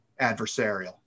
adversarial